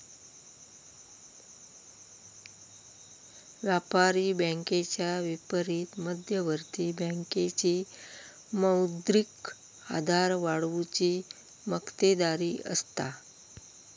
व्यापारी बँकेच्या विपरीत मध्यवर्ती बँकेची मौद्रिक आधार वाढवुची मक्तेदारी असता